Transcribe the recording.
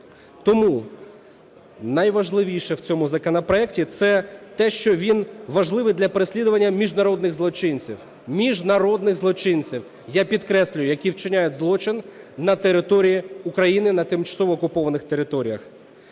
Тому найважливіше в цьому законопроекті – це те, що він важливий для переслідування міжнародних злочинців, міжнародних злочинців, я підкреслюю, які вчиняють злочин на території України на тимчасово окупованих територіях.